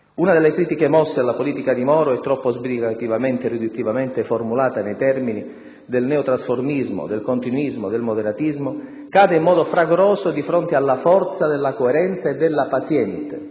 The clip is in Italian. Una delle critiche mosse alla politica di Moro e troppo sbrigativamente e riduttivamente formulata nei termini del neotrasformismo, del continuismo, del moderatismo, cade in modo fragoroso di fronte alla forza della coerenza e della paziente,